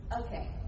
Okay